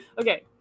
Okay